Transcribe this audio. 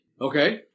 Okay